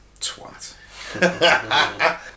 Twat